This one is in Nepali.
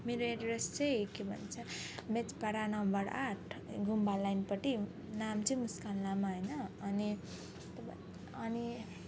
मेरो एड्रेस चाहिँ के भन्छ मेचपाडा नम्बर आठ गुम्बा लाइनपट्टि नाम चाहिँ मुस्कान लामा होइन अनि अनि